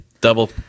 double